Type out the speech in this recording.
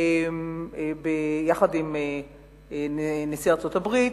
ביחד עם נשיא ארצות-הברית,